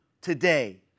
today